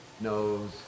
knows